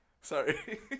Sorry